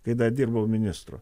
kai dar dirbau ministru